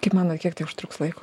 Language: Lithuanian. kaip manot kiek tai užtruks laiko